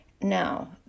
now